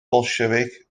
bolsiefic